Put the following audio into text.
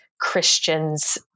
Christians